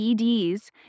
EDs